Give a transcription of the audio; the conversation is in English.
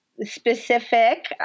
specific